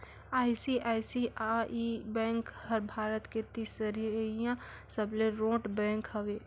ICICI bank हर भारत के तीसरईया सबले रोट बेंक हवे